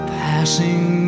passing